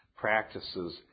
practices